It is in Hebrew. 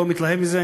לא מתלהב מזה,